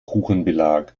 kuchenbelag